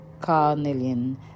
Carnelian